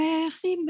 Merci